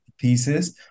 thesis